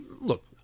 look